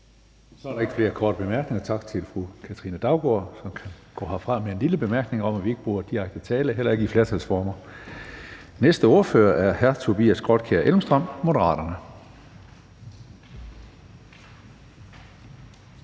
Så er der ikke flere korte bemærkninger. Tak til fru Katrine Daugaard, som kan gå herfra med en lille bemærkning om, at vi ikke bruger direkte tiltale, heller ikke i flertalsformer. Den næste ordfører er hr. Tobias Grotkjær Elmstrøm, Moderaterne.